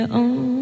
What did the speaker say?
on